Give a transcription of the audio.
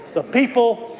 the people,